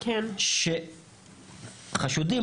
שחשודים,